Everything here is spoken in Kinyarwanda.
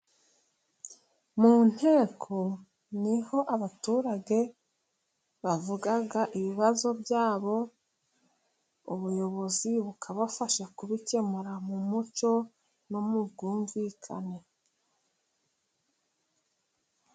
Mu nteko niho abaturage bavuga ibibazo byabo, ubuyobozi bukabafasha kubikemura mu mucyo no mu bwumvikane.